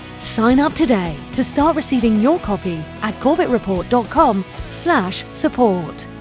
sign up today to start receiving your copy at corbettreport dot com slash support